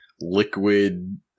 liquid